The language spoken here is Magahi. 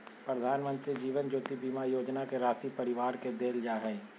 प्रधानमंत्री जीवन ज्योति बीमा योजना के राशी परिवार के देल जा हइ